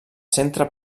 centre